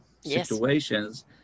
situations